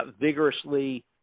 vigorously